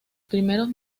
primeros